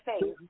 face